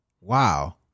wow